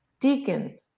deacon